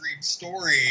story